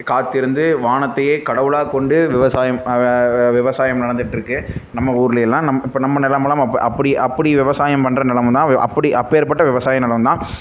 காத்திருந்து வானத்தையே கடவுளாக கொண்டு விவசாயம் விவசாயம் நடந்துட்டுருக்கு நம்ம ஊர்லேயெல்லாம் நம்ம இப்போ நம்ம நிலம் எல்லாம் அப்படி அப்படி விவசாயம் பண்ணுற நிலமே தான் அப்படி அப்பேற்பட்ட விவசாயம் நிலம் தான்